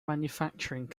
manufacturing